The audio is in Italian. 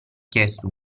chiesto